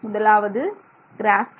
முதலாவது கிராஃபீன்